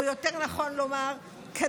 או יותר נכון קדימה.